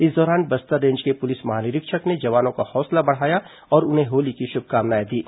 इस दौरान बस्तर रेंज के पुलिस महानिरीक्षक ने जवानों का हौसला बढ़ाया और उन्हें होली की शुभकामनाएं दीं